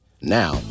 Now